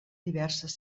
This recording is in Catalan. diverses